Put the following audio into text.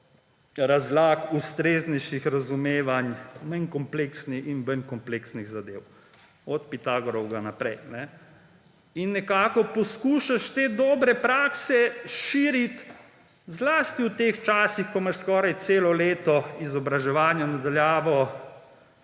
razlag, ustreznejših razumevanj manj kompleksnih in bolj kompleksnih zadev, od Pitagorovega izreka naprej, in nekak poskušaš te dobre prakse širiti zlasti v teh časih, ko imaš skoraj celo leto izobraževanja na daljavo,